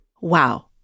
Wow